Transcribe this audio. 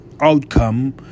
outcome